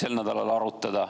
plaani seda arutada